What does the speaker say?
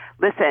listen